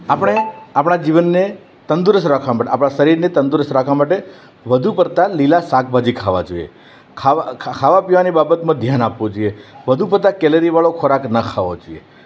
આપણે આપણા જીવનને તંદુરસ્ત રાખવા આપણા શરીરને તંદુરસ્ત રાખવા માટે વધુ પડતા લીલા શાકભાજી ખાવા જોઈએ ખાવા ખાવા પીવાની બાબત પર ધ્યાન આપવું જોઈએ વધુ પડતા કેલરીવાળો ખોરાક ન ખાવો જોઈએ